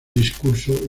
discurso